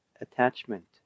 attachment